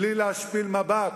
בלי להשפיל מבט?